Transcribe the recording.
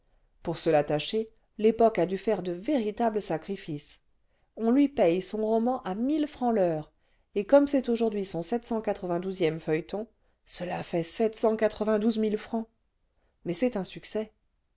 pour se l'àt tacher y époque a dû faire de véritables sacrifices on lui paye son roman à francs l'heure et comme c'est aujourd'hui son e feuilleton cela fait francs mais c'est un succès